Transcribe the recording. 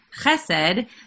Chesed